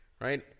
right